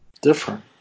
different